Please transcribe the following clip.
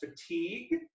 fatigue